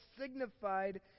signified